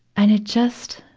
and it just,